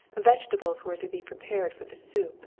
vegetables were to be prepared for the soup,